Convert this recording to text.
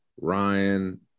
Ryan